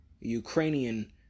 Ukrainian